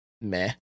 meh